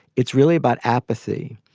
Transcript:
it's really about apathy.